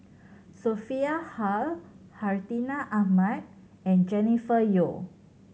Sophia Hull Hartinah Ahmad and Jennifer Yeo